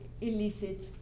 illicit